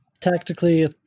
Tactically